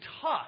tough